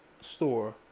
store